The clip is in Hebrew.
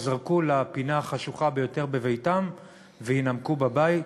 ייזרקו לפינה החשוכה ביותר בביתם ויימקו בבית.